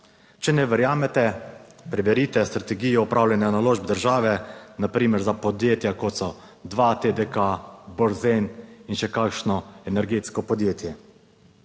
Če ne verjamete, preberite Strategijo upravljanja naložb države na primer za podjetja, kot so 2TDK, Borzen in še kakšno energetsko podjetje.